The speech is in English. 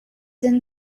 than